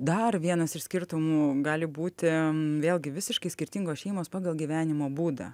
dar vienas iš skirtumų gali būti vėlgi visiškai skirtingos šeimos pagal gyvenimo būdą